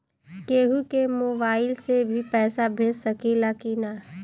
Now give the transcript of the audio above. केहू के मोवाईल से भी पैसा भेज सकीला की ना?